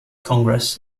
congress